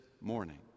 morning